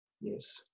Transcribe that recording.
Yes